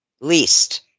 Least